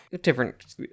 different